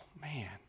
man